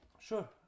Sure